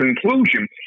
conclusion